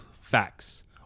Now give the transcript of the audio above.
facts